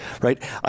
right